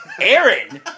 Aaron